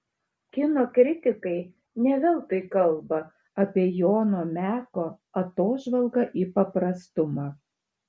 kino kritikai ne veltui kalba apie jono meko atožvalgą į paprastumą